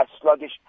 sluggish